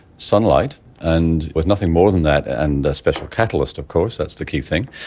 sunlight and with nothing more than that, and a special catalyst of course, that's the key thing,